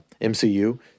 MCU